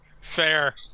Fair